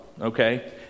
okay